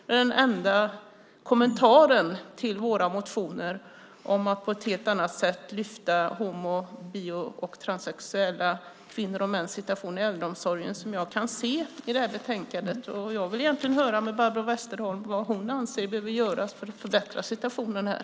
Det är den enda kommentaren till våra motioner om att på ett helt annat sätt lyfta upp homo-, bi och transsexuella kvinnors och mäns situation i äldreomsorgen som jag kan se i det här betänkandet, och jag vill höra vad Barbro Westerholm anser behöver göras för att förbättra situationen här.